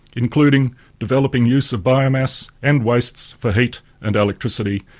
including developing use of biomass and wastes for heat and electricity,